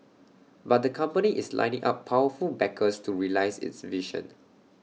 but the company is lining up powerful backers to realise its vision